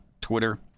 Twitter